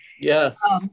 Yes